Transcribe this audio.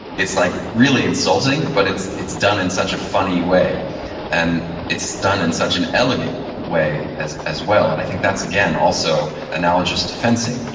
it's like really insulting, but it's it's done in such a funny way and it's done in such an elegant way as as well. and i think that's again also analogous to fencing.